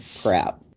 crap